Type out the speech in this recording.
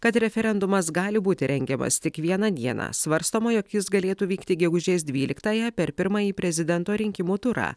kad referendumas gali būti rengiamas tik vieną dieną svarstoma jog jis galėtų vykti gegužės dvyliktąją per pirmąjį prezidento rinkimų turą